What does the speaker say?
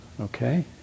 Okay